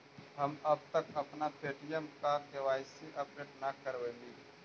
हम अब तक अपना पे.टी.एम का के.वाई.सी अपडेट न करवइली